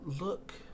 Look